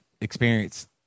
experience